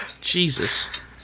Jesus